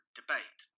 debate